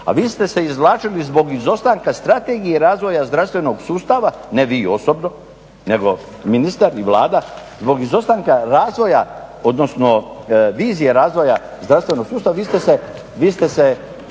A vi ste se izvlačili zbog izostanka strategije razvoja zdravstvenog sustava. Ne vi osobno, nego ministar i Vlada zbog izostanka razvoja, odnosno vizije razvoja zdravstvenog sustava. Vi ste se uvijek